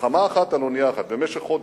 מלחמה אחת על אונייה אחת, במשך חודש.